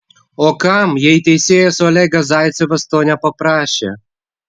o kam jei teisėjas olegas zaicevas to nepaprašė